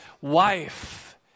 wife